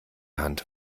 hand